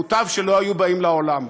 מוטב שלא היו באות לעולם.